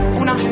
una